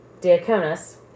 deaconess